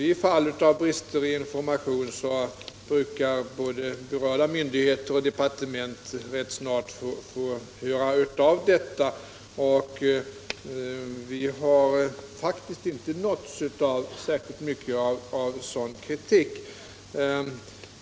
I fall av brister i information brukar nämligen berörda myndigheter och departement rätt snart få höra av detta, och vi har faktiskt inte nåtts av särskilt mycket sådan kritik.